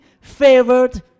favored